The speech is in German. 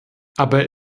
aber